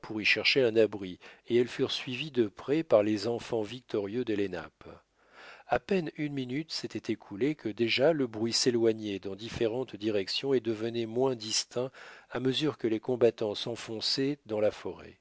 pour y chercher un abri et elles furent suivies de près par les enfants victorieux des lenapes à peine une minute s'était écoulée que déjà le bruit s'éloignait dans différentes directions et devenait moins distinct à mesure que les combattants s'enfonçaient dans la forêt